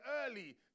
early